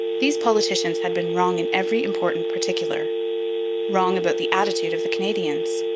these politicians had been wrong in every important particular wrong about the attitude of the canadians,